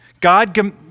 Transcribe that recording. God